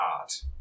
art